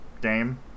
game